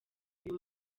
uyu